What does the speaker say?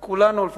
כולנו,